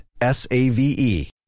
S-A-V-E